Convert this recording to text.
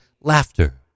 laughter